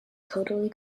totally